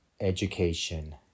education